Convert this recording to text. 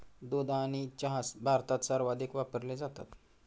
दूध आणि चहा भारतात सर्वाधिक वापरले जातात